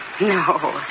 no